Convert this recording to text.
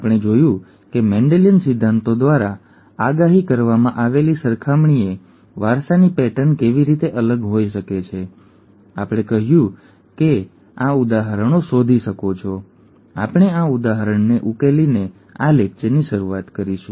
અમે જોયું કે મેન્ડેલિયન સિદ્ધાંતો દ્વારા આગાહી કરવામાં આવેલી સરખામણીએ વારસાની પેટર્ન કેવી રીતે અલગ હોઈ શકે છે અને કહ્યું કે તમે આ ઉદાહરણ શોધી શકો છો અને અમે આ ઉદાહરણને ઉકેલીને આ લેક્ચરની શરૂઆત કરીશું